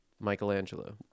Michelangelo